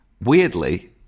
weirdly